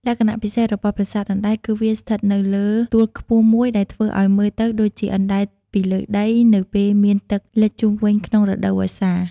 លក្ខណៈពិសេសរបស់ប្រាសាទអណ្ដែតគឺវាស្ថិតនៅលើទួលខ្ពស់មួយដែលធ្វើឲ្យមើលទៅដូចជាអណ្ដែតពីលើដីនៅពេលមានទឹកលិចជុំវិញក្នុងរដូវវស្សា។